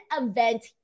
event